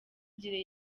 myigire